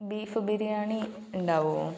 beef biryani ഉണ്ടാവോ